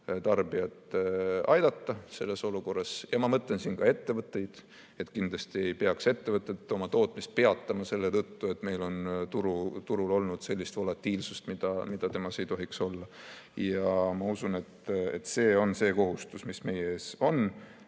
tarbijat aidata selles olukorras. Ma mõtlen siin ka ettevõtteid, kindlasti ei peaks ettevõtted oma tootmist peatama selle tõttu, et meil on turul olnud sellist volatiilsust, mida temas ei tohiks olla. Ja ma usun, et see on see kohustus, mis meie ees on.